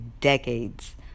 decades